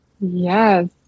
Yes